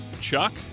Chuck